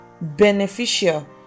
beneficial